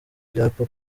ibyapa